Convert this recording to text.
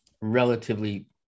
relatively